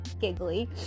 giggly